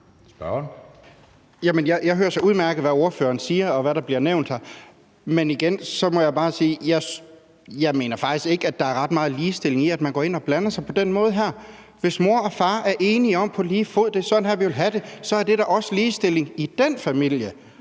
Jeg hører så udmærket, hvad ordføreren siger, og hvad der bliver nævnt her, men igen må jeg bare sige, at jeg faktisk ikke mener, der er ret meget ligestilling i, at man går ind og blander sig på den måde her. Hvis mor og far er enige om på lige fod, at det er sådan her, de vil have det, er det da også ligestilling i den familie,